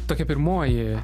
tokia pirmoji